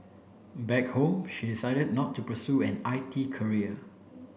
back home she decided not to pursue an I T career